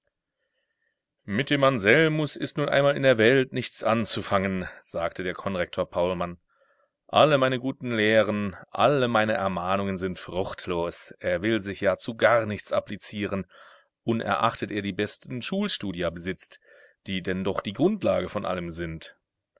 mit dem anselmus ist nun einmal in der welt nichts anzufangen sagte der konrektor paulmann alle meine guten lehren alle meine ermahnungen sind fruchtlos er will sich ja zu gar nichts applizieren unerachtet er die besten schulstudia besitzt die denn doch die grundlage von allem sind